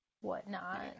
whatnot